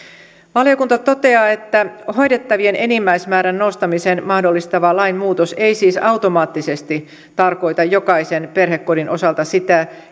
valiokunta toteaa että hoidettavien enimmäismäärän nostamisen mahdollistava lainmuutos ei siis automaattisesti tarkoita jokaisen perhekodin osalta sitä